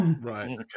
Right